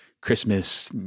Christmas